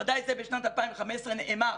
ודאי זה בשנת 2015 נאמר,